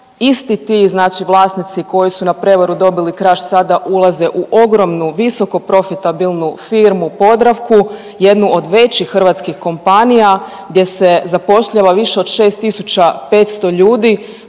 Isti ti, znači vlasnici koji su na prevaru dobili Kraš sada ulaze u ogromnu viskoprofitabilnu firmu Podravku, jednu od većih hrvatskih kompanija gdje se zapošljava više od 6500 ljudi